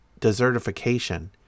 desertification